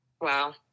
Wow